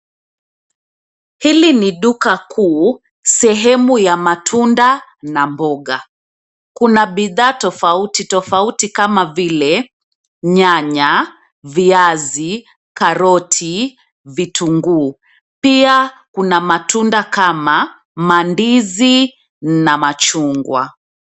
Hili ni duka kuu sehemu ya matunda na mboga. Kuna bidhaa tofauti tofauti kama vile nyanya, viazi, karoti, vitunguu. Pia kuna matunda kama mandizi na machungwa.